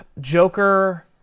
Joker